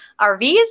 rvs